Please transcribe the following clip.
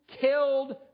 killed